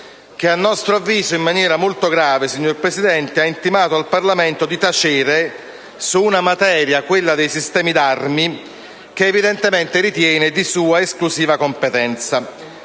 che, a nostro avviso in maniera molto grave, signor Presidente, ha intimato al Parlamento di tacere su una materia, quella dei sistemi d'arma, che evidentemente ritiene sia di sua esclusiva competenza.